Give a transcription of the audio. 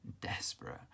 desperate